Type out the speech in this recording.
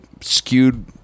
skewed